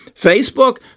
Facebook